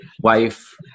wife